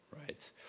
right